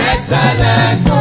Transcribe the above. Excellent